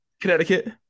Connecticut